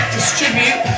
Distribute